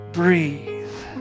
breathe